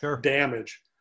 damage